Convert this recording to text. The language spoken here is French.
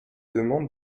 demande